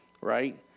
right